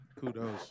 Kudos